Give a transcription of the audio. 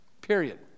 Period